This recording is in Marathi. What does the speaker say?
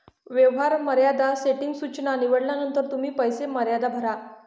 व्यवहार मर्यादा सेटिंग सूचना निवडल्यानंतर तुम्ही पैसे मर्यादा भरा